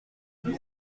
cet